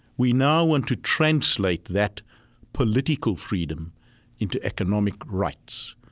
we now want to translate that political freedom into economic rights,